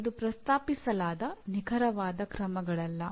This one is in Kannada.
ಇದು ಪ್ರಸ್ತಾಪಿಸಲಾದ ನಿಖರವಾದ ಕ್ರಮಗಳಲ್ಲ